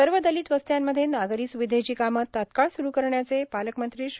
सर्व दलित वस्त्यांमध्ये नागरी सुविधेची कामं तात्काळ सुरु करण्याचे पालकमंत्री श्री